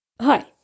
Hi